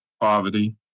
poverty